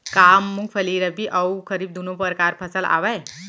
का मूंगफली रबि अऊ खरीफ दूनो परकार फसल आवय?